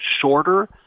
shorter